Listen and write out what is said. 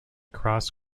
cross